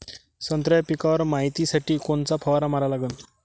संत्र्याच्या पिकावर मायतीसाठी कोनचा फवारा मारा लागन?